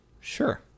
Sure